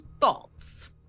thoughts